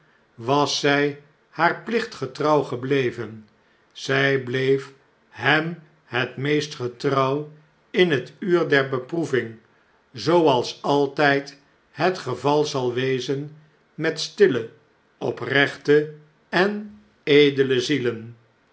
was zij haar plicht getrouw gebleven zij bleef hem het meest getrouw in het uur der beproeving zooals altijd het geval zal wezen met stille oprechte en edele zielen